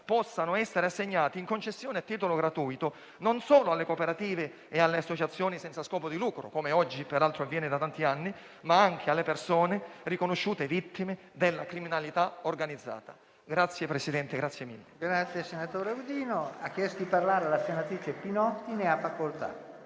possano essere assegnati in concessione a titolo gratuito, non solo alle cooperative e alle associazioni senza scopo di lucro, come peraltro avviene da tanti anni, ma anche alle persone riconosciute come vittime della criminalità organizzata.